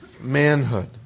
manhood